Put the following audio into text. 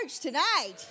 tonight